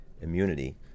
immunity